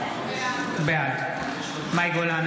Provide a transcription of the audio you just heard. בעד מאי גולן,